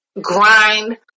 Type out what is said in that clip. Grind